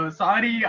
sorry